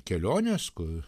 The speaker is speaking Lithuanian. keliones kur